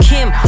Kim